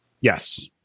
Yes